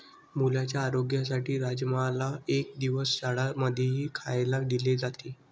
मुलांच्या आरोग्यासाठी राजमाला एक दिवस शाळां मध्येही खायला दिले जाते